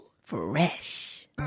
Fresh